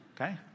okay